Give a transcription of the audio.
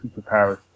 superpowers